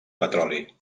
petroli